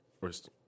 First